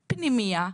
פנימייה,